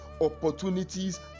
opportunities